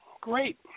Great